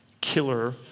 killer